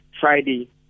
Friday